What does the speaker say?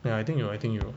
ya I think 有 I think 有